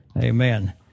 Amen